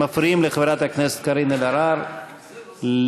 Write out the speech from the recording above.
מפריעים לחברת הכנסת קארין אלהרר לדבר.